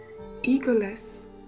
egoless